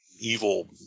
evil